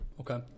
Okay